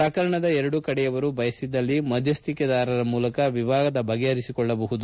ಪ್ರಕರಣದ ಎರಡೂ ಕಡೆಯವರು ಬಯಸಿದಲ್ಲಿ ಮಧ್ಯಸ್ತಿಕೆದಾರರ ಮೂಲಕ ವಿವಾದ ಬಗೆಹರಿಸಿಕೊಳ್ಳಬಹುದು